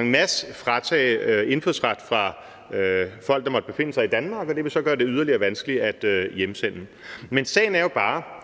en masse vil fratage indfødsret fra folk, der måtte befinde sig i Danmark, og det vil så gøre det yderligere vanskeligt at hjemsende. Men sagen er jo bare,